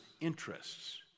interests